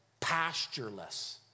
pastureless